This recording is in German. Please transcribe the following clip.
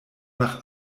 nach